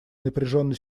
напряженной